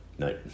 No